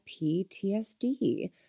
PTSD